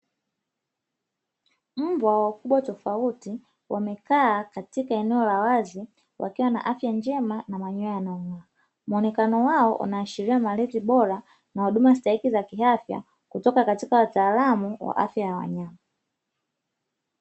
Mbwa wa ukubwa tofauti wamekaa katika eneo la wazi, wakiwa na afya njema na manyoya yanayong`aa, muonekano wao unaashiria malezi bora na huduma stahiki za kiafya kutoka katika wataalamu wa afya ya wanyama.